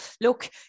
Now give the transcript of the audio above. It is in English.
look